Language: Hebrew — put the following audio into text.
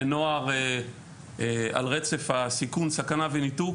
לנוער על רצף הסיכון, סכנה וניתוק